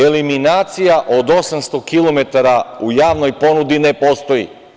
Eliminacija od 800 kilometara u javnoj ponudi ne postoji.